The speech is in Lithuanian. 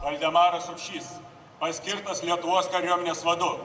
valdemaras rupšys paskirtas lietuvos kariuomenės vadu